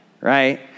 right